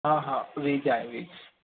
हा हा वेज आहे वेज